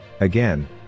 Again